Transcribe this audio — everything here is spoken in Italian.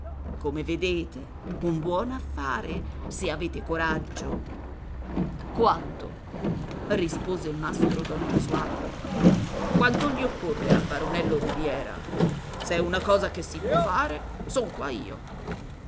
come vedete un buon affare se avete coraggio quanto rispose mastro don gesualdo quanto gli occorre al baronello rubiera s'è una cosa che si può fare son qua io